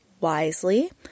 wisely